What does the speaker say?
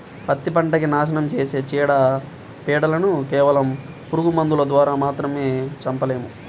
పత్తి పంటకి నాశనం చేసే చీడ, పీడలను కేవలం పురుగు మందుల ద్వారా మాత్రమే చంపలేము